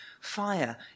Fire